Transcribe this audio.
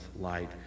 light